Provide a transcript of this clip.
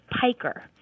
piker